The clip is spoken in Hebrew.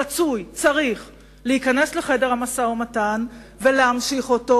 רצוי, צריך, להיכנס לחדר המשא-ומתן ולהמשיך אותו.